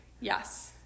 Yes